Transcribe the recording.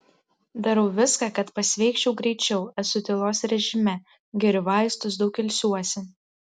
darau viską kad pasveikčiau greičiau esu tylos režime geriu vaistus daug ilsiuosi